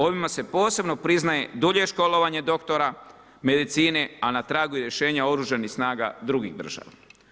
Ovime se posebno priznaje dulje školovanje doktora medicine, a na tragu je rješenja oružanih snaga drugih država.